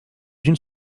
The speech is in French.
unes